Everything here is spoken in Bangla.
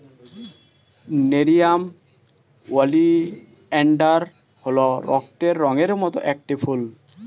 নেরিয়াম ওলিয়েনডার হল রক্তের রঙের মত একটি ফুল